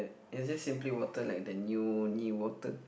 is this simply water like the new new water